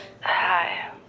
Hi